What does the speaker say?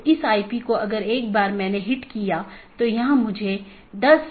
एक BGP के अंदर कई नेटवर्क हो सकते हैं